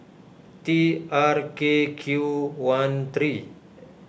T R K Q one three